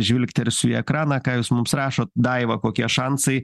žvilgtersiu į ekraną ką jūs mums rašot daiva kokie šansai